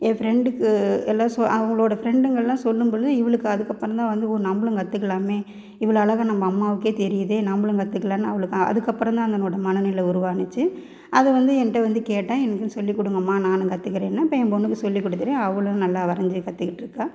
என் ஃப்ரெண்டுக்கு எல்லாம் சொ அவளோட ஃப்ரெண்டுங்கள்லாம் சொல்லும்பொழுது இவளுக்கு அதற்கப்பறந்தான் வந்து ஓ நம்பளும் கற்றுக்கலாமே இவ்வளோ அழகா நம்ம அம்மாவுக்கே தெரியாதே நம்பளும் கற்றுக்கலான்னு அவளுக்கும் அதற்கப்பறந்தான் அதனோட மனநிலை உருவானுச்சு அதை வந்து என்கிட்ட வந்து கேட்டால் எனக்கும் சொல்லி கொடுங்கம்மா நானும் கற்றுக்கிறேன்னு அப்போ என் பொண்ணுக்கு சொல்லிகொடுத்துட்டேன் அவளும் நல்லா வரைஞ்சு கற்றுக்கிட்ருக்கா